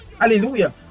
Hallelujah